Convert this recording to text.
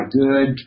good